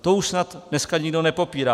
To už snad dneska nikdo nepopírá.